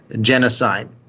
genocide